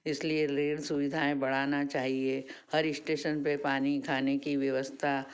इसलिए रेल सुविधाएँ बढ़ाना चाहिए हर स्टेशन पर पानी खाने की व्यवस्था